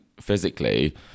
physically